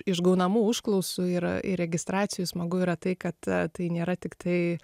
iš gaunamų užklausų ir ir registracijų smagu yra tai kad tai nėra tiktai